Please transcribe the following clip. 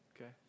Okay